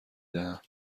دهم